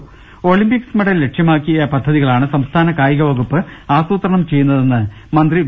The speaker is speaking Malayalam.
രദേഷ്ടെടു ഒളിമ്പിക്സ് മെഡൽ ലക്ഷ്യമാക്കി പദ്ധതികളാണ് സംസ്ഥാന കായിക വകുപ്പ് ആസൂത്രണം ചെയ്യുന്നതെന്ന് മന്ത്രി വി